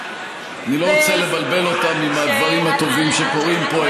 אני לא רוצה לבלבל אותם עם הדברים הטובים שקורים פה,